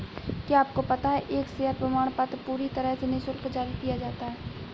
क्या आपको पता है एक शेयर प्रमाणपत्र पूरी तरह से निशुल्क जारी किया जाता है?